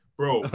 bro